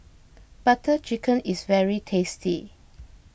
Butter Chicken is very tasty